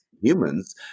humans